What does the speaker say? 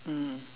mm